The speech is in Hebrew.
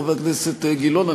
חבר הכנסת גילאון,